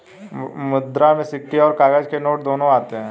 मुद्रा में सिक्के और काग़ज़ के नोट दोनों आते हैं